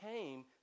came